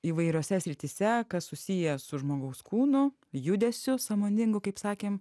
įvairiose srityse kas susiję su žmogaus kūnu judesiu sąmoningu kaip sakėm